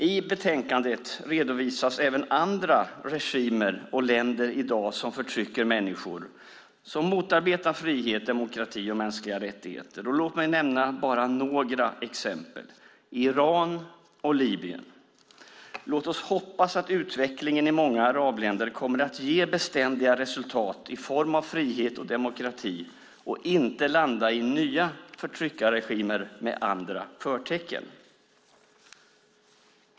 I betänkandet redovisas även andra regimer och länder i dag som förtrycker människor och som motarbetar frihet, demokrati och mänskliga rättigheter. Låt mig nämna bara några exempel: Iran och Libyen. Låt oss hoppas att utvecklingen i många arabländer kommer att ge beständiga resultat i form av frihet och demokrati och inte landa i nya förtryckarregimer med andra förtecken.